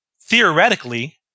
Theoretically